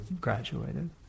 graduated